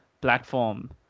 platform